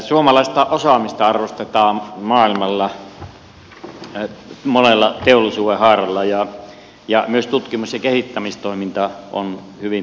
suomalaista osaamista arvostetaan maailmalla monella teollisuudenhaaralla ja myös tutkimus ja kehittämistoiminta on hyvin tunnettua